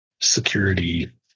security